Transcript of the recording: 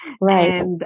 Right